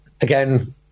Again